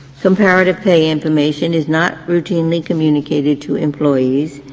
comparative pay information is not routinely communicated to employees,